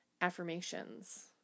Affirmations